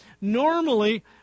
normally